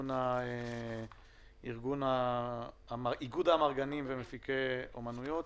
מאיגוד האמרגנים ומפיקי האומנויות,